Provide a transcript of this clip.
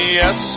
yes